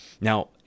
Now